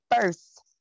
first